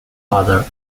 father